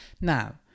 now